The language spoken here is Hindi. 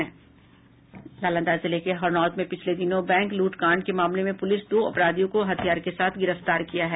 नालंदा जिले के हरनौत में पिछले दिनों बैंक लूट कांड के मामले में पुलिस ने दो अपराधियों को हथियार के साथ गिरफ्तार किया है